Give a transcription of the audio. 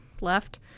left